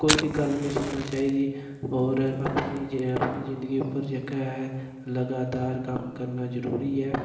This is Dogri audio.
कोई बी गल्ल नेईं सुनना चाहिदी होर अपनी अपनी जिन्दगी उप्पर जेह्का ऐ लगातार कम्म करना जरूरी ऐ